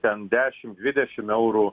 ten dešim dvidešim eurų